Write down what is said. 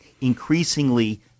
Increasingly